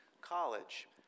college